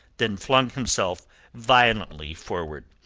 then flung himself violently forward.